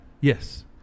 Yes